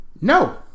No